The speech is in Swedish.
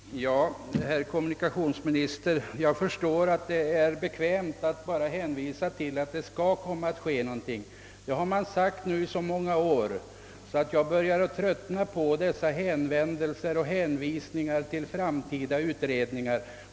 Herr talman! Jag förstår, herr kommunikationsminister, att det är bekvämt att bara hänvisa till att något skall komma att ske. Men detta har man nu gjort under så många år att jag börjat tröttna på hänvisningar till framtida utredningar.